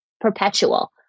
perpetual